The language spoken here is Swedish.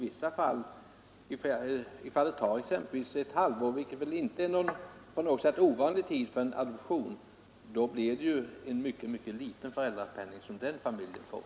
Om det exempelvis tar ett halvår, vilket inte är någon ovanligt lång tid när det gäller adoption, blir det en mycket liten föräldrapenning som den familjen får.